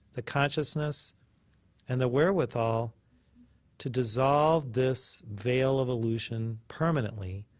the consciousness and the wherewithal to dissolve this veil of illusion permanently,